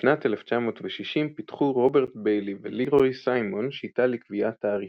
בשנת 1960 פיתחו רוברט ביילי ולירוי סיימון שיטה לקביעת תעריפים,